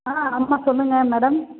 ஆ ஆமாம் சொல்லுங்க மேடம்